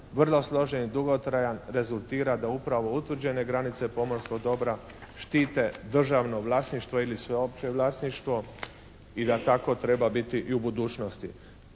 vrlo složen i dugotrajan rezultira da upravo utvrđene granice pomorskog dobra štite državno vlasništvo ili sveopće vlasništvo i da tako treba biti i u budućnosti.